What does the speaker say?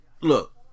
Look